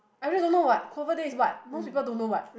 I really don't know what clover day is what most people don't know what